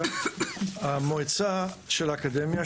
המועצה של האקדמיה,